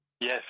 Yes